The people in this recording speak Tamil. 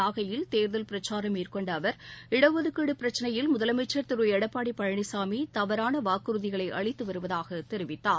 நாகையில் தேர்தல் பிரச்சாரம் மேற்கொண்ட அவர் இட ஒதுக்கீடு பிரச்னையில் முதலமைச்சர் திரு எடப்பாடி பழனிசாமி தவறான வாக்குறுதிகளை அளித்து வருவதாகத் தெரிவித்தார்